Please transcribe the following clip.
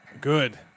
Good